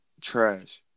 trash